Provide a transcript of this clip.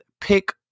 pick